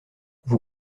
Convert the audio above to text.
vous